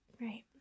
Right